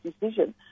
decision